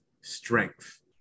strength